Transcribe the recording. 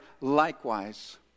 Likewise